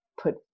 put